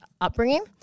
upbringing